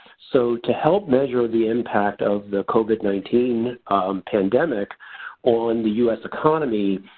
so to help measure the impact of the covid nineteen pandemic on the us economy,